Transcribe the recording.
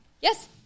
Yes